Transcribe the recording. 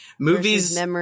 Movies